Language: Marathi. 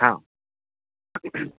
हा